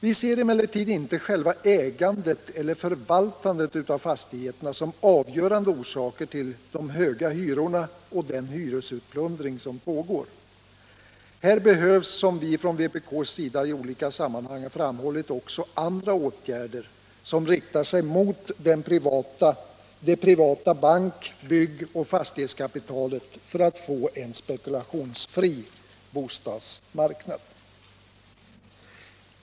Vi ser emellertid inte själva ägandet eller förvaltandet av fastigheterna som avgörande orsaker till de höga hyrorna och den hyresutplundring som pågår. Här behövs, som vi från vpk:s sida i olika sammanhang framhållit, också andra åtgärder som riktar sig mot det privata bank-, byggoch fastighetskapitalet för att få en spekulationsfri bostadsmarknad.